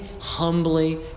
humbly